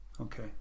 Okay